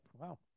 Wow